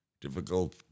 difficult